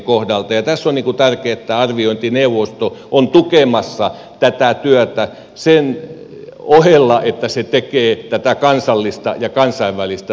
tässä on on tärkeää että tämä arviointineuvosto on tukemassa tätä työtä sen ohella että se tekee tätä kansallista ja kansainvälistä tutkimustyötä